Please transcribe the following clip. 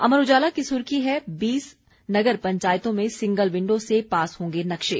अमर उजाला की सुर्खी है बीस नगर पंचायतों में सिंगल विंडो से पास होंगे नक्शे